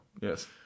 yes